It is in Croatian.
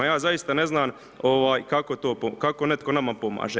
Ja zaista ne znam kako netko nama pomaže.